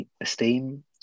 esteem